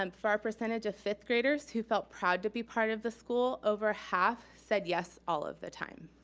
um for our percentage of fifth graders who felt proud to be part of the school, over half said yes all of the time.